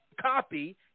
copy